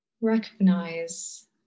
recognize